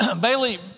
Bailey